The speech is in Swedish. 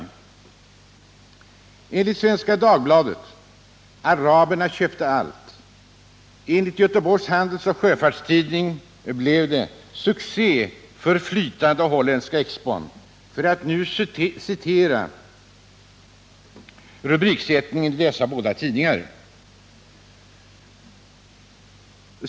Jo, enligt Svenska Dagbladet ”Araberna köper allt” och enligt Göteborgs handelsoch sjöfartstidning ”Succé för flytande holländska expon”, för att nu citera rubriksättningen i båda dessa tidningar.